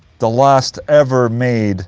the last ever made